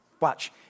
watch